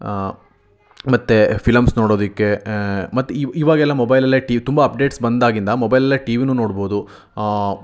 ಮತ್ತು ಫಿಲಮ್ಸ್ ನೋಡೋದಕ್ಕೆ ಮತ್ತು ಇವು ಇವಾಗೆಲ್ಲ ಮೊಬೈಲಲ್ಲೇ ಟಿ ತುಂಬ ಅಪ್ಡೇಟ್ಸ್ ಬಂದಾಗಿಂದ ಮೊಬೈಲಲ್ಲೇ ಟಿವಿಯೂ ನೋಡ್ಬೋದು